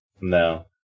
No